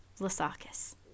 Lasakis